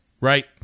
Right